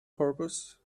purpose